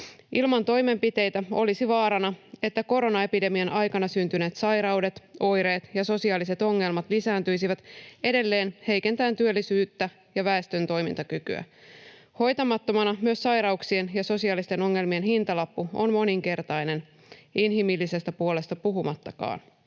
Ilman toimenpiteitä olisi vaarana, että koronaepidemian aikana syntyneet sairaudet, oireet ja sosiaaliset ongelmat lisääntyisivät edelleen heikentäen työllisyyttä ja väestön toimintakykyä. Hoitamattomana myös sairauksien ja sosiaalisten ongelmien hintalappu on moninkertainen, inhimillisestä puolesta puhumattakaan.